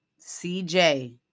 CJ